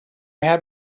had